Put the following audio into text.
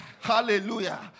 Hallelujah